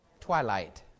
twilight